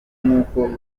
nk’uko